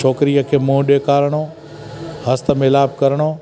छोकिरीअ खे मुंहुं ॾेखारणो हस्त मिलाप करिणो